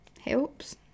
helps